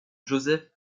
joseph